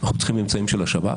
אנחנו צריכים אמצעים של השב"כ,